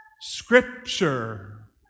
Scripture